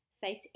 Face